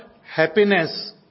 happiness